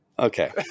Okay